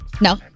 No